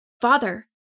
Father